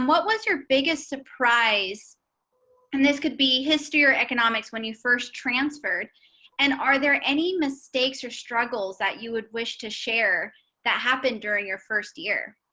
was your biggest surprise and this could be history or economics. when you first transferred and are there any mistakes or struggles that you would wish to share that happened during your first year.